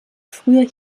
früher